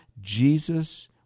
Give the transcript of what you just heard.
Jesus